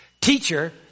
Teacher